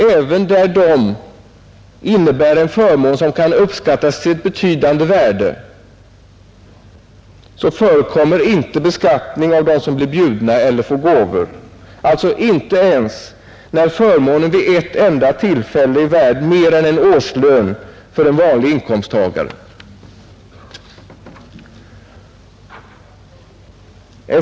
Även där dessa innebär en förmån som kan uppskattas till ett betydande värde förekommer ej beskattning av dem som blir bjudna eller får gåvor — alltså inte ens när förmånen vid ett enda tillfälle är värd mer än en årslön för en vanlig inkomsttagare.